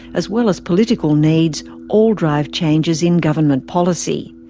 as well as political needs all drive changes in government policy.